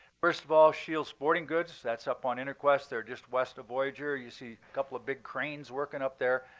first of all, shield sporting goods. that's up on interquest. they're just west of voyager. you see a couple of big cranes working up there.